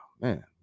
Man